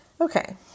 Okay